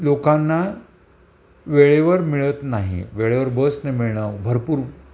लोकांना वेळेवर मिळत नाही वेळेवर बस नाही मिळणं भरपूर